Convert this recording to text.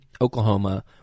Oklahoma